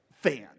fans